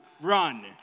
Run